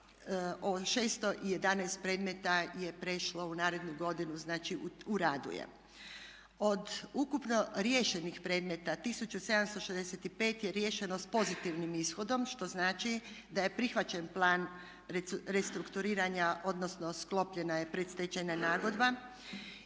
ovih 611 predmeta je prešlo u narednu godinu znači u radu je. Od ukupno riješenih predmeta 1765 je riješeno s pozitivnim ishodom što znači da je prihvaćen plan restrukturiranja odnosno sklopljena je predstečajna nagodba